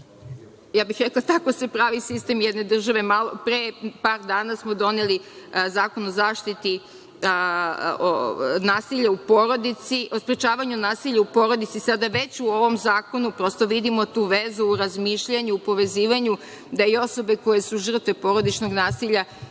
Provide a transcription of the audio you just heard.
ja bih rekla, tako se pravi sistem jedne države, pre par dana smo doneli Zakon o sprečavanju nasilja u porodici Sada već u ovom zakonu prosto vidimo tu vezu u razmišljanju, povezivanju, da i osobe koje su žrtve porodičnog nasilja,